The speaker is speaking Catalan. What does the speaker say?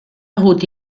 hagut